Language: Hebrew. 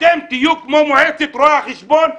אתם תהיו כמו מועצת רואי החשבון,